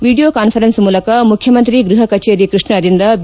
video conference ಮೂಲಕ ಮುಖ್ಯಮಂತ್ರಿ ಗೃಹ ಕಚೇರಿ ಕೃಷ್ಣದಿಂದ ಬಿ